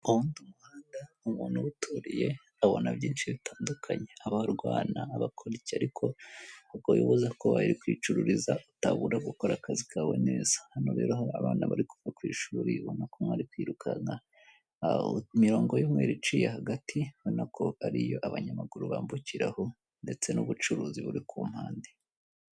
Umuntu ubuturiye abona byinshi bitandukanye: Abarwana, abakora iki. Ariko ntabwo bivuze ko bari kwicururiza, Utabura gukora akazi kawe neza. Hano rero, hari abana bari kuva ku ishuri, ubona ko bari kwiruka mumirongo y’umweru iciye hagati. ubona ko ariyo Abanyamaguru bambukiraho. ndetse, n'ubucuruzi buri ku mpande.